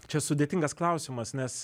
čia sudėtingas klausimas nes